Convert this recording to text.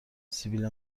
سبیل